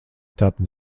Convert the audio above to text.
tātad